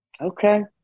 Okay